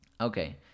Okay